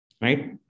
right